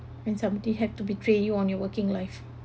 when somebody have to betray you on your working life